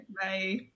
Bye